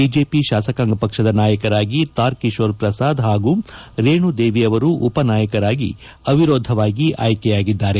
BJP ಶಾಸಕಾಂಗ ಪಕ್ಷದ ನಾಯಕರಾಗಿ ತಾರ್ ಕಿಶೋರ್ ಪ್ರಸಾದ್ ಹಾಗೂ ರೇಣುದೇವಿ ಅವರು ಉಪನಾಯಕರಾಗಿ ಅವಿರೋಧವಾಗಿ ಆಯ್ಕೆಯಾಗಿದ್ದಾರೆ